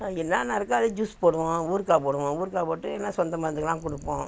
என்னென்ன இருக்கோ அதை ஜூஸ் போடுவோம் ஊறுகா போடுவோம் ஊறுகா போட்டு என்ன சொந்த பந்தத்துக்கலாம் கொடுப்போம்